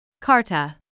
Carta